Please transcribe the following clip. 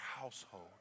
household